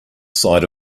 side